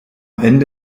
ende